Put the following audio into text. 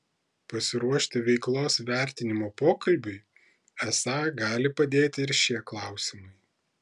pasiruošti veiklos vertinimo pokalbiui esą gali padėti ir šie klausimai